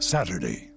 Saturday